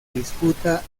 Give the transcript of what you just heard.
disputa